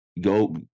go